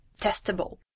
testable